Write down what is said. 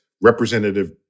representative